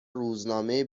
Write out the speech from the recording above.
روزنامه